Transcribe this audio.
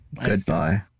Goodbye